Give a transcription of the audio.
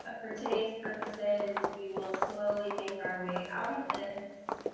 ah for today's purposes, we will slowly make our way out of this.